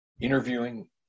interviewing